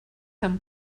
amb